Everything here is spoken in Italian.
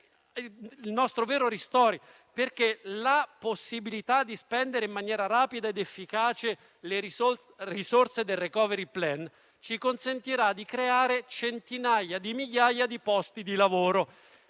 il nostro vero decreto ristori. Infatti, la possibilità di spendere in maniera rapida ed efficace le risorse del *recovery plan* ci consentirà di creare centinaia di migliaia di posti di lavoro.